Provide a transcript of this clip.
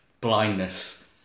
blindness